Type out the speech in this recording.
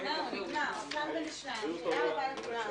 התקבלה החלטה.